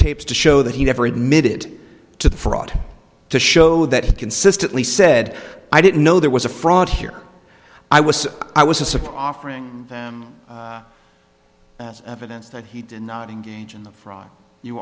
tapes to show that he never admitted to the fraud to show that he consistently said i didn't know there was a fraud here i was i was a surprise offering them evidence that he did not engage in the fraud you